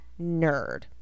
nerd